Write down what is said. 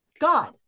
God